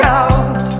out